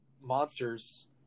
monsters